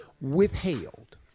withheld